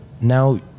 Now